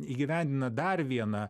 įgyvendina dar vieną